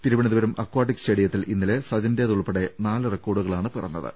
Thiruvananthapuram aquatic സ്റ്റേഡിയത്തിൽ ഇന്നലെ സജന്റെത് ഉൾപ്പെടെ നാല് റെക്കോർഡുകളാണ് പിറന്നത്